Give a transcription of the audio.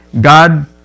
God